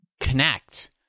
connect